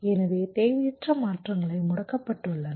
எனவே தேவையற்ற மாற்றங்கள் முடக்கப்பட்டுள்ளன